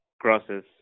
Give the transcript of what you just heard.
crosses